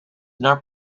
naar